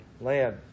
land